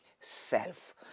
self